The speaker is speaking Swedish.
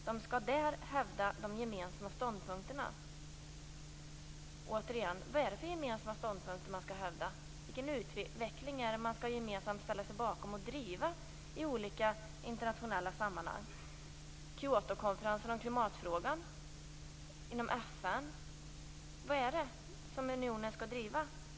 De skall där hävda de gemensamma ståndpunkterna, står det. Återigen undrar jag: Vad är det för gemensamma ståndpunkter man skall hävda? Vilken utveckling är det som man gemensamt skall ställa sig bakom och driva i olika internationella sammanhang? Är det Kyotokonferensen om klimatfrågan, FN eller vad är det som unionen skall driva?